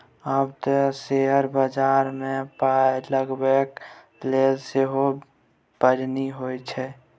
आब तँ शेयर बजारमे पाय लगेबाक लेल सेहो पढ़ौनी होए छै